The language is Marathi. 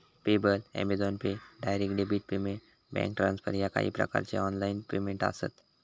PayPal, Amazon pay, direct debit payment, bank transfer ह्या काही प्रकारचो ऑनलाइन पेमेंट आसत